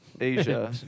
Asia